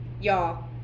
y'all